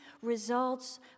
results